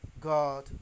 God